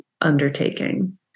undertaking